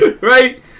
right